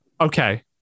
Okay